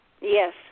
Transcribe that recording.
Yes